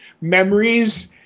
memories